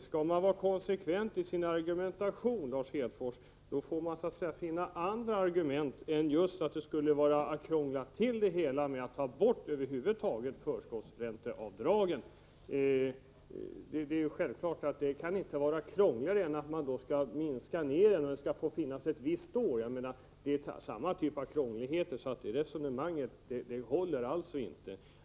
Skall man vara konsekvent i sin argumentation, Lars Hedfors, då får man finna andra argument än att säga att det skulle vara att krångla till det hela med att ta bort förskottsränteavdragen. Det kan självfallet inte vara krångligare än ett system där dessa ränteavdrag minskas i värde eller en bestämmelse om att avdragen får göras ett visst år. Därför håller inte det resonemanget.